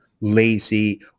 lazy